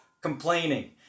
complaining